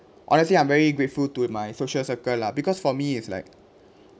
honestly I'm very grateful to it my social circle lah because for me it's like